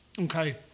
Okay